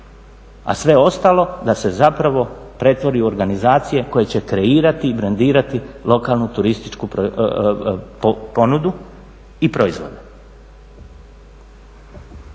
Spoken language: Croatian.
a sve ostalo da se zapravo pretvori u organizacije koje će kreirati i brendirati lokalnu turističku ponudu i proizvode.